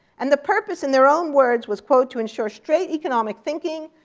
and the purpose, in their own words, was, quote, to ensure straight economic thinking,